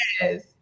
yes